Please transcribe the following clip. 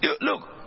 Look